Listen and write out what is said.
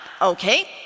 okay